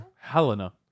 Helena